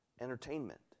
entertainment